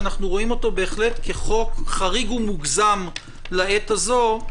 שאנחנו רואים אותו בהחלט כחוק חריג ומוגזם לעת הזאת.